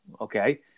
okay